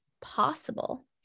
possible